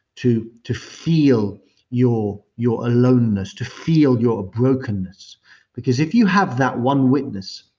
to to feel your your aloneness, to feel your brokenness because if you have that one witness,